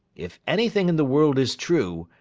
if anything in the world is true,